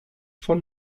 von